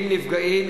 עם נפגעים,